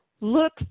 Look